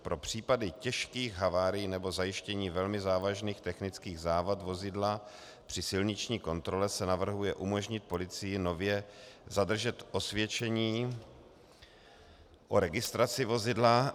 Pro případy těžkých havárií nebo zajištění velmi závažných technických závad vozidla při silniční kontrole se navrhuje umožnit policii nově zadržet osvědčení o registraci vozidla.